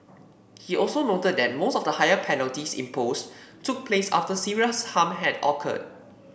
he also noted that most of the higher penalties imposed took place after serious harm had occurred